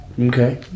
okay